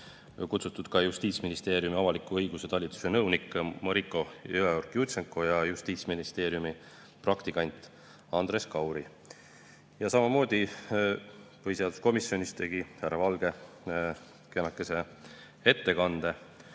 kutsutud ka Justiitsministeeriumi avaliku õiguse talituse nõunik Mariko Jõeorg-Jurtšenko ja Justiitsministeeriumi praktikant Andres Kauri. Härra Valge tegi põhiseaduskomisjonis samamoodi kenakese ettekande